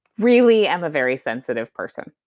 really am a very sensitive person.